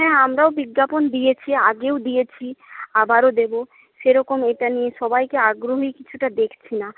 হ্যাঁ আমরাও বিজ্ঞাপন দিয়েছি আগেও দিয়েছি আবারও দেব সেরকম এটা নিয়ে সবাইকে আগ্রহী কিছুটা দেখছি না